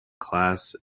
class